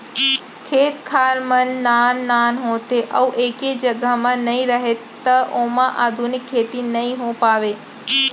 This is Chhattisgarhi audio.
खेत खार मन नान नान होथे अउ एके जघा म नइ राहय त ओमा आधुनिक खेती नइ हो पावय